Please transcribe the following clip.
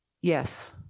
Yes